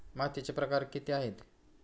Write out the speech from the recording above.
मातीचे प्रकार किती आहेत?